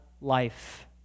life